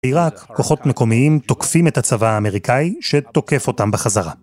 בעיראק, כוחות מקומיים תוקפים את הצבא האמריקאי שתוקף אותם בחזרה.